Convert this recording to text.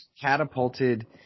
catapulted